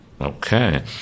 Okay